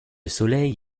soleil